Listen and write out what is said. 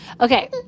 Okay